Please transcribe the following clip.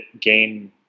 gain